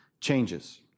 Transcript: changes